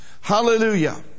Hallelujah